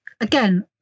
again